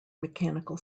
mechanical